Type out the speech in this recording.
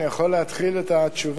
אני יכול להתחיל את התשובה?